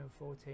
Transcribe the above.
2014